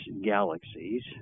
galaxies